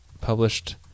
published